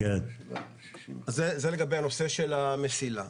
זה לגבי הנושא של מסילה.